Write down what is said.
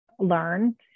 learn